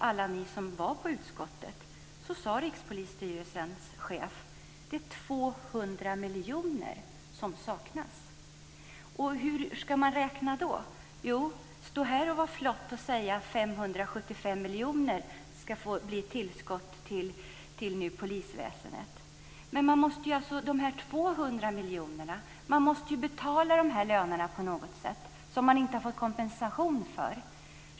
Alla ni som var på utskottets sammankomst vet att Rikspolisstyrelsens chef sade att det saknas 200 Hur ska man räkna då? Jo, man kan stå här och vara flott och säga att det ska bli ett tillskott på 575 miljoner till polisväsendet. Men sedan är det de här 200 miljonerna. Man måste ju betala de här lönerna, som man inte har fått kompensation för, på något sätt.